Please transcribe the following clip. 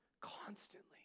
constantly